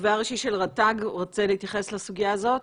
התובע הראשי של רט"ג רוצה להתייחס לסוגיה הזאת.